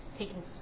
taking